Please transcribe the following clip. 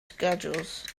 schedules